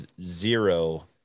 zero